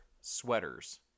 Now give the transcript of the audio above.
sweaters